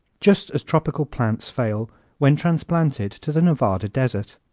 just as tropical plants fail when transplanted to the nevada desert.